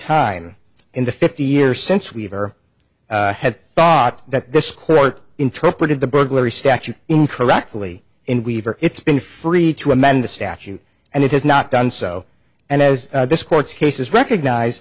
time in the fifty years since we've ever had thought that this court interpreted the burglary statute in correctly in weaver it's been free to amend the statute and it has not done so and as this court's cases recognize